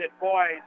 boys